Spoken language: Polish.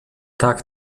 tak